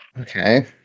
Okay